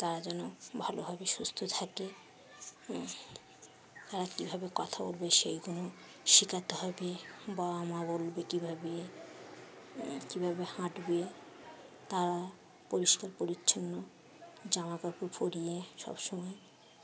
তারা যেন ভালোভাবে সুস্থ থাকে তারা কীভাবে কথা বলবে সেইগুলো শেখাতে হবে বাবা মা বলবে কীভাবে কীভাবে হাঁটবে তারা পরিষ্কার পরিচ্ছন্ন জামাকাপড় পড়িয়ে সব সময়